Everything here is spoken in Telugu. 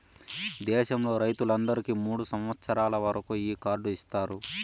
దేశంలో రైతులందరికీ మూడు సంవచ్చరాల వరకు ఈ కార్డు ఇత్తారు